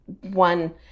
one